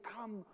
come